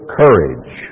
courage